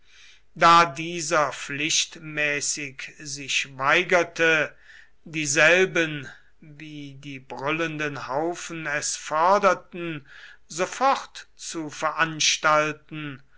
da dieser pflichtmäßig sich weigerte dieselben wie die brüllenden haufen es forderten sofort zu veranstalten